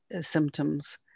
symptoms